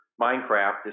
Minecraft